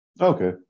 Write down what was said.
okay